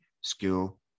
skill